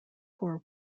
poor